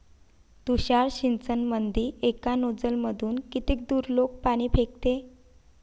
तुषार सिंचनमंदी एका नोजल मधून किती दुरलोक पाणी फेकते?